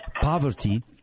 poverty